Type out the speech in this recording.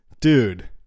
dude